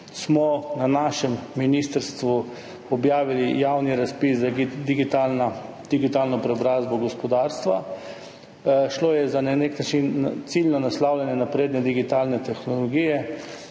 smo na našem ministrstvu objavili javni razpis za digitalno preobrazbo gospodarstva. Šlo je za ciljno naslavljanje napredne digitalne tehnologije